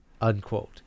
unquote